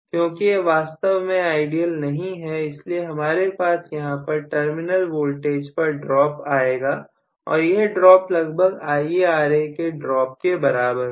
क्योंकि यह वास्तव में आइडियल नहीं है इसलिए हमारे पास यहां पर टर्मिनल वोल्टेज पर ड्रॉप आएगा और यह ड्रॉप लगभग IaRa के ड्रॉप बराबर होगा